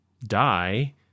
die